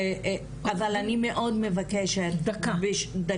אבל אני מאוד מבקשת שזה ייקח דקה,